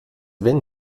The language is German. wenn